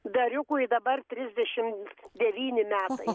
dariukui dabar trisdešim devyni metai